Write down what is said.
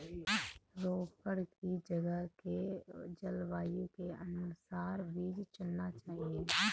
रोपड़ की जगह के जलवायु के अनुसार बीज चुनना चाहिए